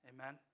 Amen